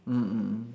mm mm mm